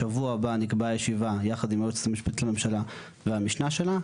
בשבוע הבא נקבעה ישיבה יחד עם היועצת המשפטית לממשלה והמשנה שלה,